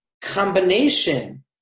combination